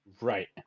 Right